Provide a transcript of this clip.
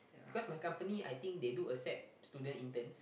because my company I think they do accept student interns